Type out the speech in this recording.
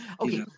okay